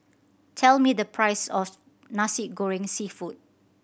tell me the price of Nasi Goreng Seafood